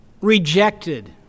rejected